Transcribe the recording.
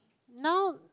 now